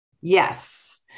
Yes